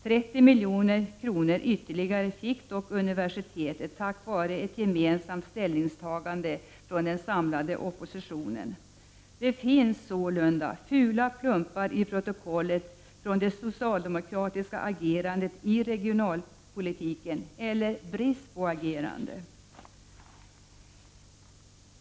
30 milj.kr. ytterligare fick dock universitetet tack vare ett gemensamt ställningstagande av den samlade oppositionen. Det finns sålunda fula plumpar i protokollet när det gäller det socialdemokratiska agerandet, eller brist på agerande, i regionalpolitiken.